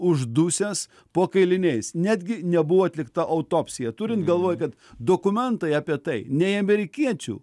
uždusęs po kailiniais netgi nebuvo atlikta autopsija turint galvoj kad dokumentai apie tai nei amerikiečių